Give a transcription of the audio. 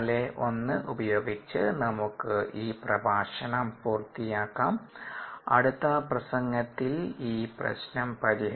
1 ഉപയോഗിച്ച് നമുക്ക് ഈ പ്രഭാഷണം പൂർത്തിയാക്കാം അടുത്ത പ്രസംഗത്തിൽ ഈ പ്രശ്നം പരിഹരിക്കാം